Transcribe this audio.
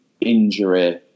injury